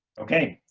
okay.